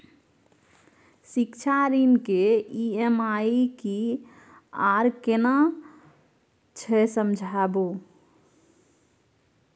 शिक्षा ऋण के ई.एम.आई की आर केना छै समझाबू?